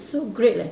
so great leh